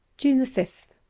june fifth